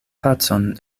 pacon